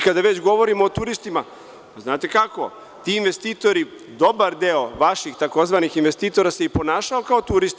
Kad već govorimo o turistima, znate kako ti investitori dobar deo vaših takozvanih investitora se i ponašao kao turisti.